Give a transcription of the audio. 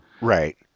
Right